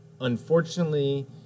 Unfortunately